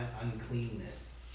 uncleanness